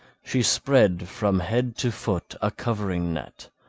she spread from head to foot a covering net,